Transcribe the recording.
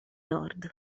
nord